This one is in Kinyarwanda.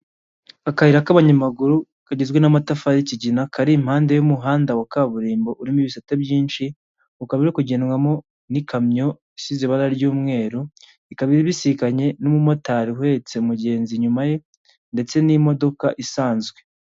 Akayira k'abanyamaguru kagizwe n'amatafari y'ikigina kari impande y'umuhanda wa kaburimbo urimo ibisate byinshi, ukaba uri kugendwamo n'ikamyo isize ibara ry'umweru, ikaba ibisikanye n'umumotari uhetse umugenzi inyuma ye ndetse n'imodoka isanzwe.